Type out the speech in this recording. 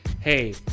hey